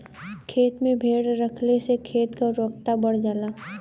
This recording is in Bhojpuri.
खेते में भेड़ रखले से खेत के उर्वरता बढ़ जाला